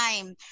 time